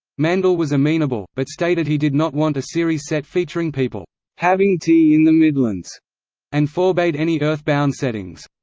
mandell was amenable, but stated he did not want a series set featuring people having tea in the midlands and forbade any earth-bound settings.